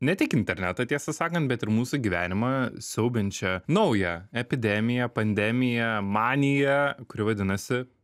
ne tik internetą tiesą sakant bet ir mūsų gyvenimą siaubiančią naują epidemiją pandemiją maniją kuri vadinasi